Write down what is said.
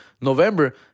November